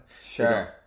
sure